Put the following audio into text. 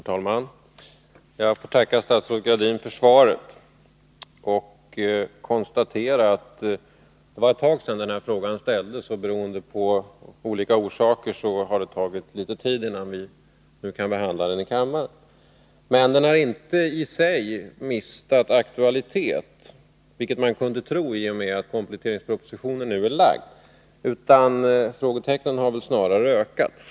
Herr talman! Jag får tacka statsrådet Gradin för svaret. Jag konstaterar att det var ett tag sedan den här frågan ställdes. Beroende på olika saker har det tagit litet tid innan vi nu kan behandla den i kammaren. Frågan har inte i sig mistat i aktualitet, vilket man kunde tro, i och med att kompletteringspropositionen nu är framlagd. Frågetecknen har väl snarare blivit fler.